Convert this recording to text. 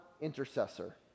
intercessor